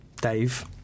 Dave